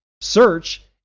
Search